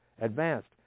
advanced